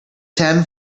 ten